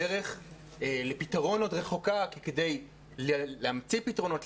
הדרך לפתרון עוד רחוקה כי כדי להמציא פתרונות,